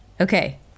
Okay